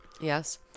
Yes